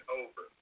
over